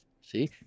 See